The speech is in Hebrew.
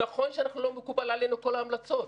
נכון שלא מקובלות עלינו כל ההמלצות,